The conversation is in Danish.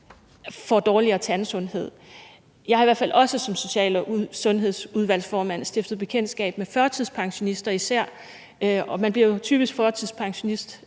får dårligere tandsundhed. Jeg har i hvert fald også som social- og sundhedsudvalgsformand stiftet bekendtskab med især førtidspensionister. Man bliver jo typisk førtidspensionist